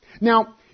Now